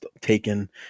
taken